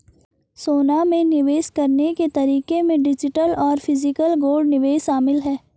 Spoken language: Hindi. सोना में निवेश करने के तरीके में डिजिटल और फिजिकल गोल्ड निवेश शामिल है